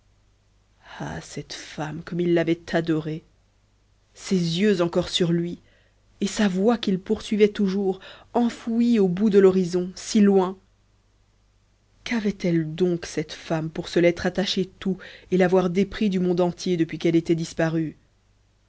ah cette femme comme il l'avait adorée ses yeux encore sur lui et sa voix qu'il poursuivait toujours enfouie au bout de l'horizon si loin qu'avait-elle donc cette femme pour se l'être attaché tout et l'avoir dépris du monde entier depuis qu'elle était disparue